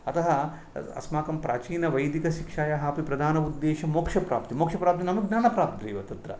अतः अस्माकं प्राचीनवैदिकशिक्षायाः अपि प्रधानोद्देशं मोक्षप्राप्तिः मोक्षप्राप्तिः नाम ज्ञानप्राप्तिरेव तत्र